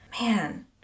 man